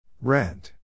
Rent